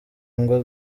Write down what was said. ngo